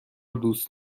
دوست